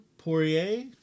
Poirier